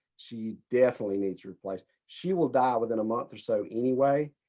she definitely needs replaced. she will die within a month or so anyway.